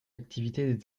activités